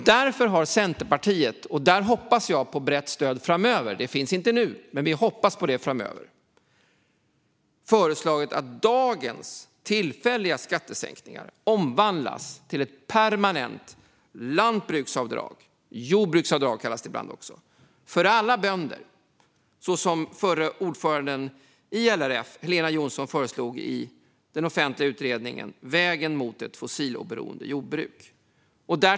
Därför har Centerpartiet föreslagit att dagens tillfälliga skattesänkningar omvandlas till ett permanent lantbruksavdrag eller jordbruksavdrag för alla bönder, så som den förra ordföranden i LRF Helena Jonsson föreslog i den offentliga utredningen Vägen mot fossiloberoende jordbruk . Där hoppas jag på brett stöd framöver.